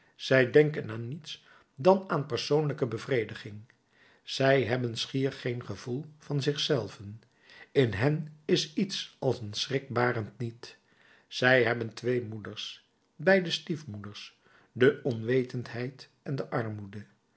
zij denken aan niets dan aan persoonlijke bevrediging zij hebben schier geen gevoel van zich zelven in hen is iets als een schrikbarend niet zij hebben twee moeders beide stiefmoeders de onwetendheid en de armoede